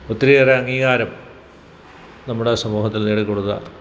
ഒത്തിരിയേറെ അംഗീകാരം നമ്മുടെ സമൂഹത്തിൽ നേടിക്കൊടുത്ത